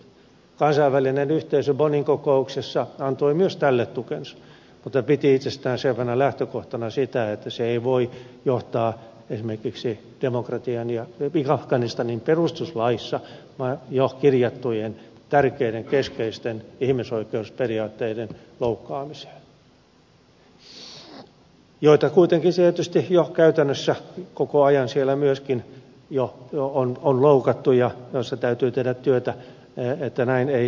kansainvälinen yhteisö bonnin kokouksessa antoi myös tälle tukensa mutta piti itsestään selvänä lähtökohtana sitä että se ei voi johtaa esimerkiksi demokratian ja afganistanin perustuslaissa jo kirjattujen tärkeiden keskeisten ihmisoikeusperiaatteiden loukkaamiseen joita kuitenkin tietysti käytännössä koko ajan siellä myöskin jo on loukattu ja joissa täytyy tehdä työtä että näin ei tapahtuisi